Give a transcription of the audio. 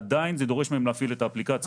עדיין, זה דורש מהם להפעיל את האפליקציה.